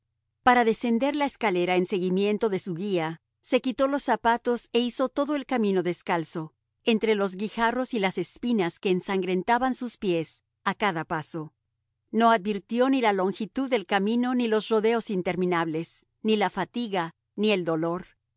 para descender la escalera en seguimiento de su guía se quitó los zapatos e hizo todo el camino descalzo entre los guijarros y las espinas que ensangrentaban sus pies a cada paso no advirtió ni la longitud del camino ni los rodeos interminables ni la fatiga ni el dolor